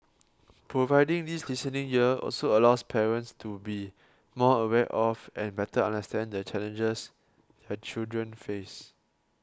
providing this listening ear also allows parents to be more aware of and better understand the challenges their children face